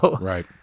right